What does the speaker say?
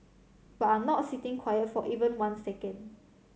but are not sitting quiet for even one second